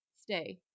Stay